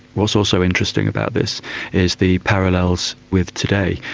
what's also interesting about this is the parallels with today,